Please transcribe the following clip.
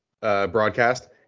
broadcast